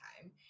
time